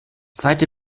zweite